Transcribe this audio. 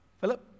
Philip